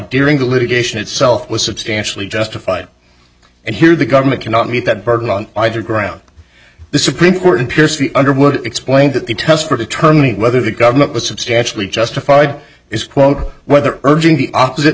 during the litigation itself was substantially justified and here the government cannot meet that burden on either ground the supreme court appears to be under would explain that the test for determining whether the government was substantially justified is quote whether urging the opposite